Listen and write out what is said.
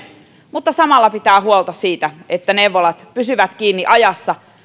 mutta samalla pitää huolta siitä että neuvolat pysyvät kiinni ajassa